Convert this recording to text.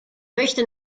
möchte